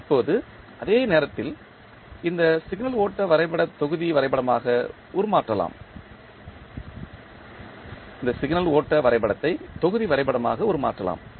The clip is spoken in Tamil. இப்போது அதே நேரத்தில் இந்த சிக்னல் ஓட்ட வரைபடத்தை தொகுதி வரைபடமாக உருமாற்றலாம்